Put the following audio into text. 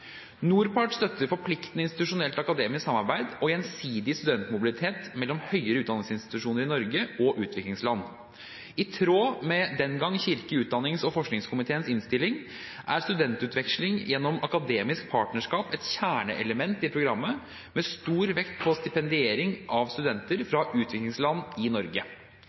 NORPART støtter forpliktende institusjonelt akademisk samarbeid og gjensidig studentmobilitet mellom høyere utdanningsinstitusjoner i Norge og utviklingsland. I tråd med, den gang, kirke- utdannings- og forskningskomiteens innstilling er studentutveksling gjennom akademisk partnerskap et kjerneelement i programmet med stor vekt på stipendiering av studenter fra utviklingsland i Norge.